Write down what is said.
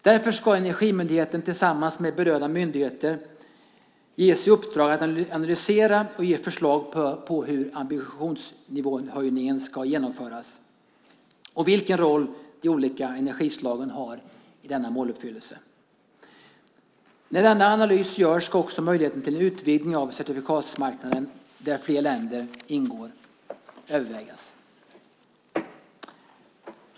Därför ska Energimyndigheten tillsamman med berörda myndigheter ges i uppdrag att analysera och ge förslag på hur höjningen av ambitionsnivån ska genomföras och vilken roll de olika energislagen har i denna måluppfyllelse. När denna analys görs ska också möjligheten till utvidgning av certifikatsmarknaden där fler länder ingår övervägas.